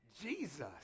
Jesus